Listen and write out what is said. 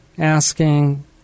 asking